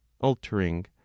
altering